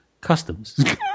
Customs